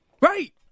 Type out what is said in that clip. Right